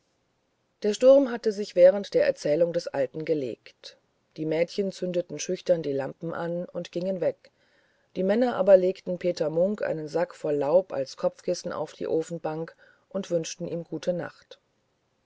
der sturm hatte sich während der erzählung des alten gelegt die mädchen zündeten schüchtern die lampen an und gingen weg die männer aber legten peter munk einen sack voll laub als kopfkissen auf die ofenbank und wünschten ihm gute nacht